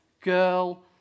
girl